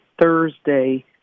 Thursday